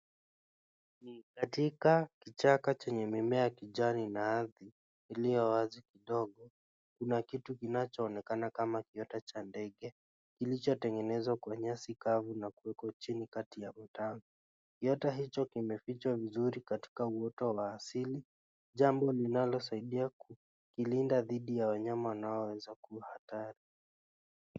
Ni katika kichaka chenye mimea ya kijani na ardhi iliyo wazi kidogo. Kuna kitu kinachoonekana kama kiota cha ndege kilichotengenezwa kwa nyasi kavu na kuwekwa chini kati ya matawi. Kiota hicho kimefichwa vizuri katika uoto wa asili, jambo linalosaidia kukilinda dhidi ya wanyama wanaoweza kuwa hatari.